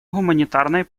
гуманитарной